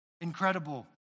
incredible